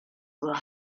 were